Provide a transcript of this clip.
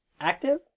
active